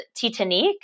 Titanic